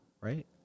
Right